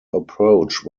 approach